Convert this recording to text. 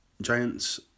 Giants